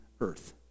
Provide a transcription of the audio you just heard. earth